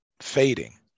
fading